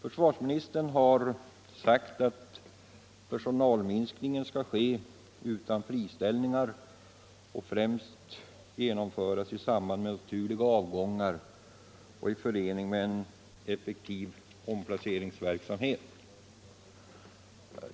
Försvarsministern har sagt att personalminskningen bör ske utan friställningar och främst genomföras i samband med naturliga avgångar och i förening med en effektiv omplaceringsverksamhet.